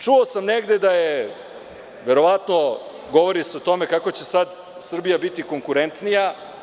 Čuo sam negde, verovatno, govori se o tome kako će sad Srbija biti konkurentnija.